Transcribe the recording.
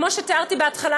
כמו שתיארתי בהתחלה,